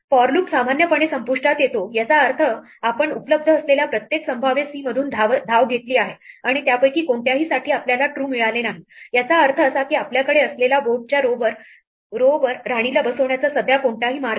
for loop सामान्यपणे संपुष्टात येतो याचा अर्थ आपण उपलब्ध असलेल्या प्रत्येक संभाव्य c मधून धाव घेतली आहे आणि त्यापैकी कोणत्याहीसाठी आपल्याला true मिळाले नाही याचा अर्थ असा की आपल्याकडे असलेला बोर्ड च्या row बर राणीला बसवण्याचा सध्या कोणताही मार्ग नाही